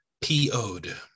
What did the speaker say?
P.O.'d